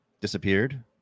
disappeared